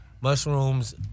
Mushrooms